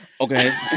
okay